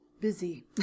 busy